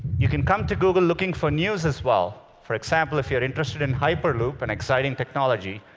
you can come to google looking for news as well. for example, if you're interested in hyperloop, an exciting technology,